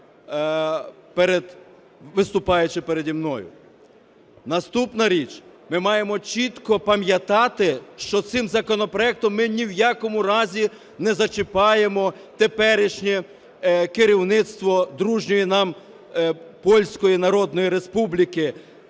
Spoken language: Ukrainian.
Наступна річ. Ми маємо чітко пам'ятати, що цим законопроектом ми ні в якому разі не зачіпаємо теперішнє керівництво дружньої нам Польської Народної Республіки,